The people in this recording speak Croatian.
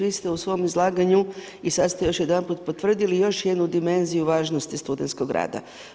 Vi ste u svom izlaganju i sad ste još jedanput potvrdili još jednu dimenziju važnosti studentskog rada.